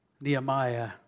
Nehemiah